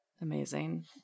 Amazing